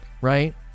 right